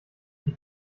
die